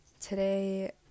today